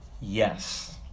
yes